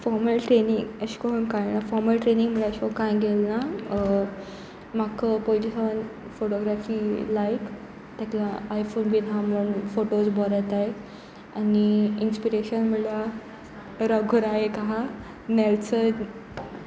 formal training अशें करून कांय ना फॉर्मल ट्रेनींग म्हळ्यार अशें करून कांय घेतलें ना म्हाका पयली सावन फोटोग्राफी लायक ताका लागून आयफोन बीन आसा म्हूण फोटोज बरो येतात आनी इन्स्पिरेशन म्हणल्यार रघुरा एक आसा नेल्सर